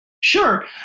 Sure